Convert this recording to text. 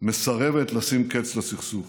מסרבת לשים קץ לסכסוך.